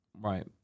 Right